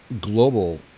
global